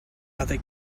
other